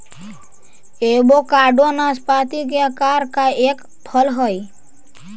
avocado नाशपाती के आकार का एक फल हई